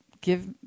give